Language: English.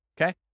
Okay